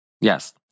Yes